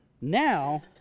Now